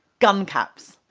gun caps.